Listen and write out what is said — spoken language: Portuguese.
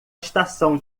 estação